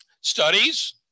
studies